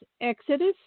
Exodus